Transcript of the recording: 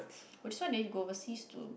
which is why they need to go overseas to